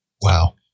Wow